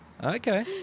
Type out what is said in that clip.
Okay